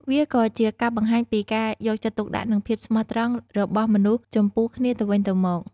វាក៏ជាការបង្ហាញពីការយកចិត្តទុកដាក់និងភាពស្មោះត្រង់របស់មនុស្សចំពោះគ្នាទៅវិញទៅមក។